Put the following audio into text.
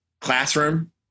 classroom